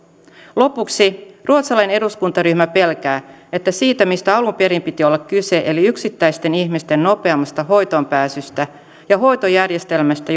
lopuksi ruotsalainen eduskuntaryhmä pelkää että siitä mistä alun perin piti olla kyse eli yksittäisten ihmisten nopeammasta hoitoon pääsystä ja hoitojärjestelmästä